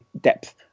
depth